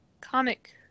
comic